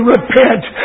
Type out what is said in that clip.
Repent